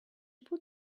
put